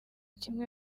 kimwe